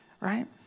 Right